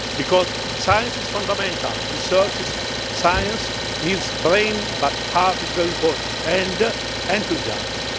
because science is fundamental. research is science meets brain, but heart is very important. and enthusiasm.